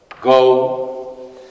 Go